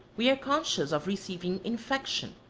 we are conscious of receiving infection.